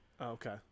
Okay